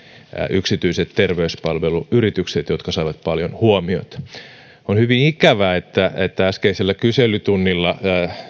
yksityiset terveyspalveluyritykset jotka saivat paljon huomiota on hyvin ikävää että että äskeisellä kyselytunnilla